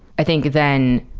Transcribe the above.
i think then,